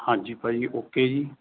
ਹਾਂਜੀ ਭਾਜੀ ਓਕੇ ਜੀ